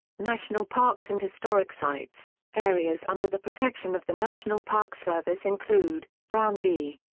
national parks and historic sites areas under the protection of the national park service include brown v.